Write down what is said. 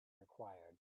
required